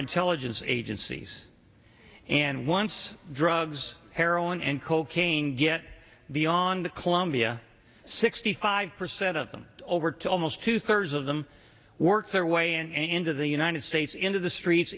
intelligence agencies and once drugs heroin and cocaine get beyond the colombia sixty five percent of them over to almost two thirds of them work their way and into the united states into the streets